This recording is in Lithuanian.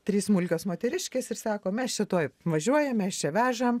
trys smulkios moteriškės ir sako mes čia tuoj važiuojam mes čia vežam